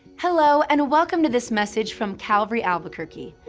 hello, and welcome to this message from calvary albuquerque.